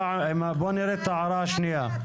בוא נראה את ההערה השנייה.